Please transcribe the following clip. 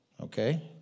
Okay